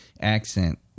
accent